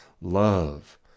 love